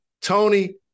Tony